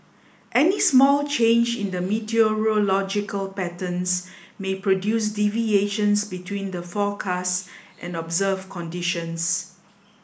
any small change in the meteorological patterns may produce deviations between the forecast and observed conditions